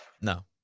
no